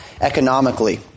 economically